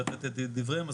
לתת את דבריהם.